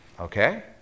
okay